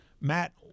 Matt